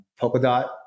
Polkadot